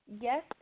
yes